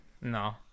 No